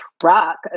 truck